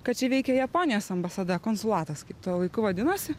kad čia veikė japonijos ambasada konsulatas kaip tuo laiku vadinosi